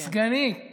סגנית